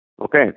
Okay